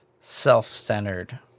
self-centered